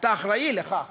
אתה אחראי לכך